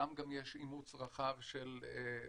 שם גם יש אימוץ רחב של devices,